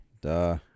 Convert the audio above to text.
Duh